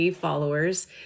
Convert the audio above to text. followers